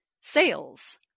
sales